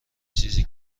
چیزی